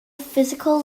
physical